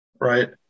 right